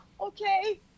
okay